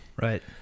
Right